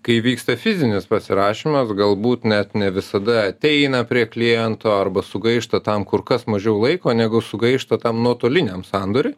kai vyksta fizinis pasirašymas galbūt net ne visada ateina prie kliento arba sugaišta tam kur kas mažiau laiko negu sugaišta tam nuotoliniam sandoriui